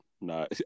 No